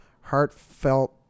heartfelt